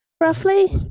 roughly